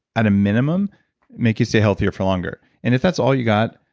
at a minimum make you stay healthier for longer. and if that's all you got,